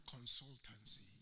consultancy